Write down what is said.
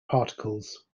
particles